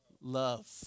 love